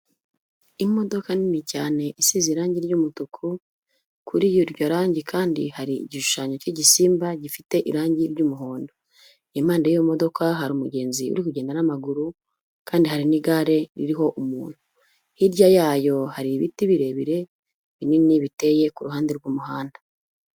Imodoka nini cyane isize irangi ry'umutuku, kuri iryo rangi kandi hari igishushanyo cy'igisimba gifite irangi ry'umuhondo. Impande y'iyo modoka hari umugenzi uri kugenda n'amaguru kandi hari n'igare ririho umuntu, hirya yayo hari ibiti birebire binini biteye ku ruhande rw'umuhanda.